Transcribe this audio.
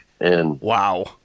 Wow